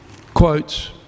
quotes